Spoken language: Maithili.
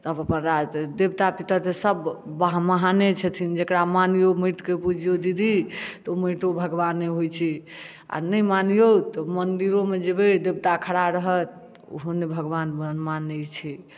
तब अपन राज्य देवता पितर तऽ सब महाने छथिन जेकरा मानियौ माटि के पूजियौ दीदी तऽ ओ माटियो भगवाने होइ छै आ नहि मानियौ तऽ मन्दिरो मे जेबै देवता खड़ा रहत ओहो नहि भगवान मानै छै